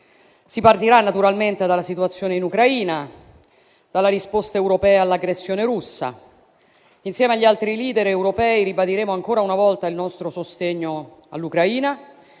Si partirà, naturalmente, dalla situazione in Ucraina, dalla risposta europea all'aggressione russa; insieme agli altri *leader* europei, ribadiremo ancora una volta il nostro sostegno all'Ucraina,